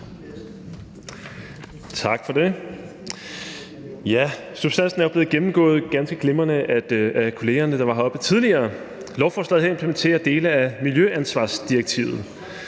Tak for det. Substansen er jo blevet gennemgået ganske glimrende af kollegerne, der var heroppe tidligere. Lovforslaget her implementerer dele af miljøansvarsdirektivet.